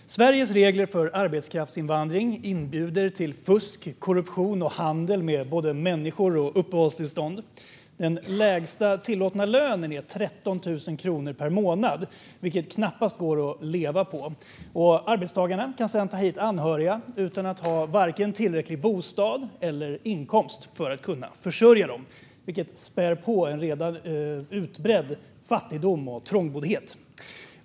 Fru talman! Sveriges regler för arbetskraftsinvandring inbjuder till fusk, korruption och handel med både människor och uppehållstillstånd. Den lägsta tillåtna lönen är 13 000 kronor per månad, vilket knappast går att leva på. Arbetstagaren kan sedan ta hit anhöriga utan att ha vare sig bostad eller tillräcklig inkomst för att kunna försörja dem, vilket spär på en redan utbredd fattigdom och trångboddhet.